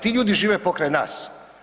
Ti ljudi žive pokraj nas.